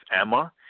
Emma